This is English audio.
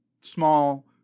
small